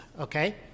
okay